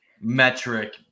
metric